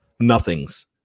nothings